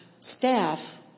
staff